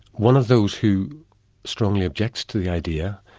one of those who strongly objects to the idea,